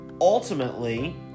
ultimately